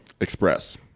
Express